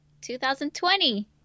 2020